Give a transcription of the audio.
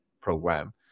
program